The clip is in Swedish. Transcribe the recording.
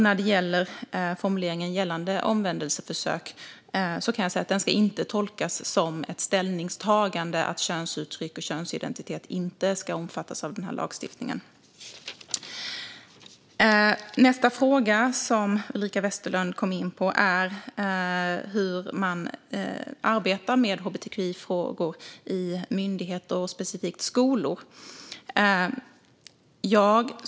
När det gäller formuleringen gällande omvändelseförsök ska den inte tolkas som ett ställningstagande att könsuttryck och könsidentitet inte ska omfattas av denna lagstiftning. Nästa fråga som Ulrika Westerlund tog upp är hur man arbetar med hbtqi-frågor i myndigheter och specifikt skolor.